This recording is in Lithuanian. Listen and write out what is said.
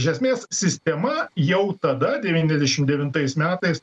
iš esmės sistema jau tada devyniasdešim devintais metais